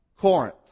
Corinth